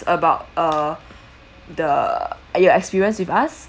about uh the uh your experience with us